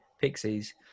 Pixies